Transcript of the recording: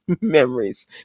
memories